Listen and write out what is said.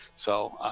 so